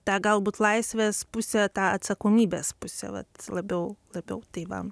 tą galbūt laisvės pusę tą atsakomybės pusę vat labiau labiau tai va